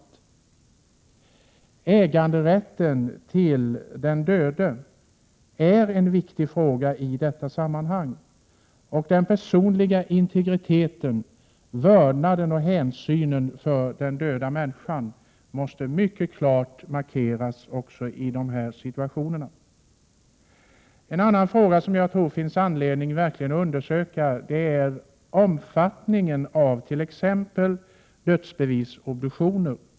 Frågan om äganderätten till den döde är viktig i detta sammanhang, och den personliga integriteten, vördnaden för och hänsynen till människan, måste mycket klart markeras i de här situationerna. En annan fråga som jag tror att det verkligen finns anledning att undersöka är omfattningen av t.ex. dödsbevisobduktioner.